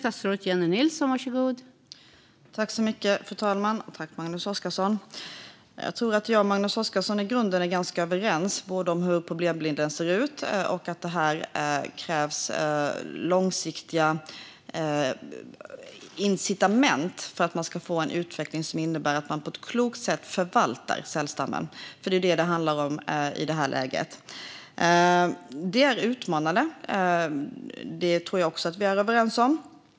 Fru talman! Jag tror att jag och Magnus Oscarsson i grunden är ganska överens, både om hur problembilden ser ut och om att det krävs långsiktiga incitament för att vi ska få en utveckling som innebär att man på ett klokt sätt förvaltar sälstammen. Det är detta det handlar om i det här läget. Det är utmanande - det tror jag också att vi är överens om.